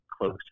close